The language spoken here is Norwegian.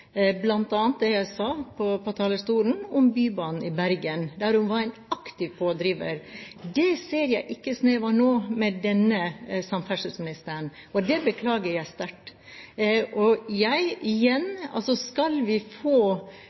bl.a. det jeg sa på talerstolen om Bybanen i Bergen, der hun var en aktiv pådriver. Det ser jeg ikke snev av nå, med denne samferdselsministeren. Og det beklager jeg sterkt. Og igjen: Skal vi få